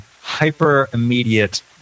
hyper-immediate